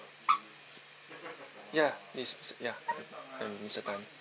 ya it's ya um mister tan